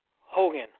Hogan